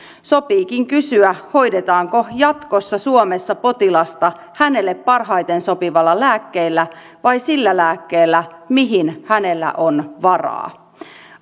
sopiikin kysyä hoidetaanko jatkossa suomessa potilasta hänelle parhaiten sopivalla lääkkeellä vai sillä lääkkeellä mihin hänellä on varaa